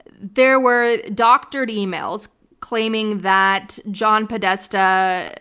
there were doctored emails claiming that john podesta,